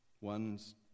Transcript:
One's